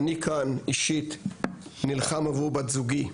אני כאן אישית נלחם עבור בת זוגי,